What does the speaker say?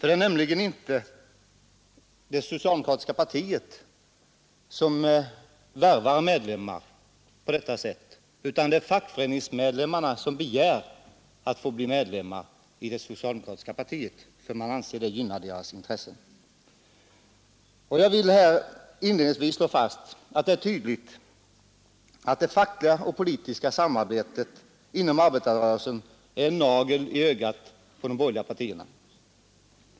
Det är nämligen inte det socialdemokratiska partiet som värvar medlemmar på detta sätt, utan det är fackföreningsmedlemmarna som begär att få bli medlemmar i det socialdemokratiska partiet därför att de anser att det gynnar deras intressen. Jag vill inledningsvis slå fast att det är tydligt att det fackliga och politiska samarbetet inom arbetarrörelsen är en nagel i ögat på de borgerliga partierna.